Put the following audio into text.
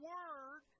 Word